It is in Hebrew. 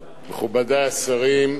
מכובדי השרים,